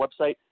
website